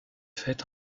faite